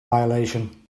violation